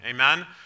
amen